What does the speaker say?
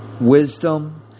wisdom